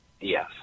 Yes